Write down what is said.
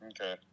Okay